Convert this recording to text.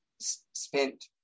spent